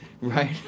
right